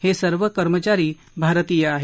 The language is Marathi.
हे सर्व कर्मचारी भारतीय आहेत